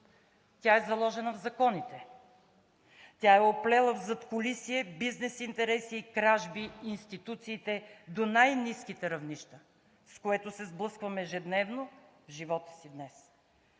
тя е заложена в законите, тя е оплела в задкулисие бизнеси, кражби, институциите до най-ниските равнища, с което се сблъскваме ежедневно в живота си днес.